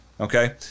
Okay